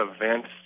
events